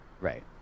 Right